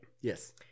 Yes